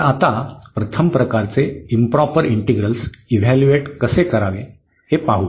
तर आता प्रथम प्रकारचे इंप्रॉपर इंटिग्रल्स इव्हॅल्यूएट कसे करावे ते पाहू